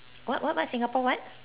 what what what Singapore what